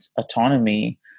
autonomy